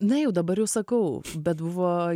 na jau dabar jau sakau bet buvo